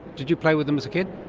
did you play with them as a kid?